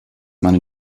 meine